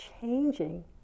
changing